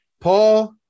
Paul